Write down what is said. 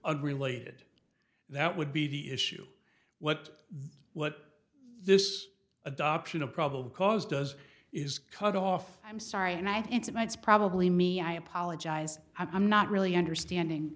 and related that would be the issue what the what this adoption of probable cause does is cut off i'm sorry and i think it's my it's probably me i apologize i'm not really understanding